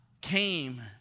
came